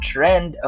Trend